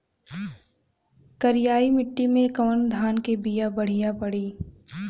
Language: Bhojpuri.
करियाई माटी मे कवन धान के बिया बढ़ियां पड़ी?